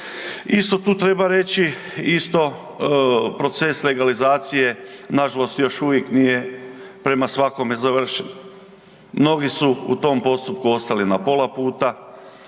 Isto tu treba reći i isto proces legalizacije, nažalost još uvijek nije prema svakom završen. Mnogi su u tom postupku ostali na pola puta,